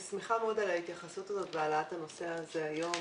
אני שמחה מאוד על ההתייחסות הזאת ועל העלאת הנושא הזה היום,